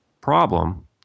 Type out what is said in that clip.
problem